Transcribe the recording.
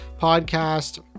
podcast